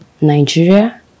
Nigeria